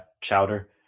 Chowder